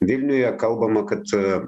vilniuje kalbama kad e